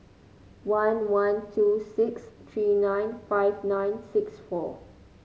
one one two six three nine five nine six four